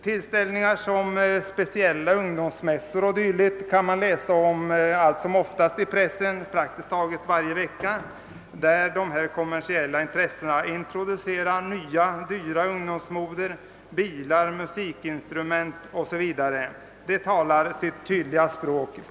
Praktiskt taget varje vecka kan man läsa i pressen om tillställningar som speciella ungdomsmässor och dylikt, där dessa kommersiella intressenter introducerar nya dyrbara ungdomsmoder, bilar, musikinstrument o.s.v. Det talar sitt tydliga språk.